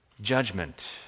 Judgment